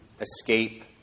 escape